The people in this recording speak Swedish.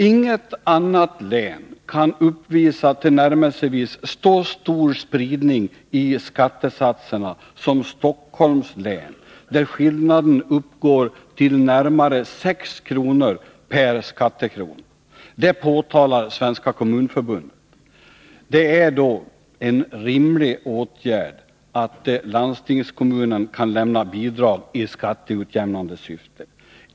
”Inget annat län kan uppvisa 101 tillnärmelsevis så stor spridning i skattesatserna som Stockholms län, där skillnaden uppgår till närmare 6 kr. per skattekrona.” Detta påtalar Svenska kommunförbundet. Det är då en rimlig åtgärd att landstingskommunen kan lämna bidrag i skatteutjämnande syfte.